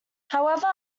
however